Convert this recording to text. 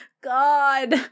God